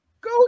Go